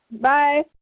Bye